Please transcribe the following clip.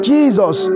Jesus